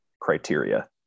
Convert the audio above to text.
criteria